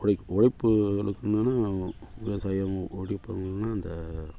உழைப்பு உழைப்பு எடுக்கணும்னா விவசாயமும் முடிவு பண்ணணுன்னா அந்த